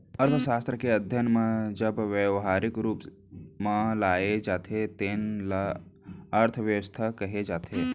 अर्थसास्त्र के अध्ययन ल जब ब्यवहारिक रूप म लाए जाथे तेन ल अर्थबेवस्था कहे जाथे